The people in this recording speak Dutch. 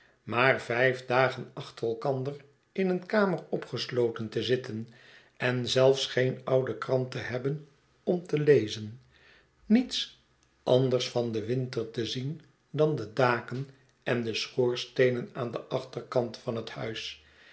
maar vijf dagen achter elkander in een kamer opgesloten te zitten en zelfs geen oude krant te hebben om te lezen niets anders van den winter te zien dan de daken en de schoorsteenen aan den achterkant van het huis